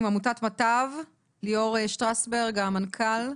עמותת מט"ב ליאור שטרסברג המנכ"ל,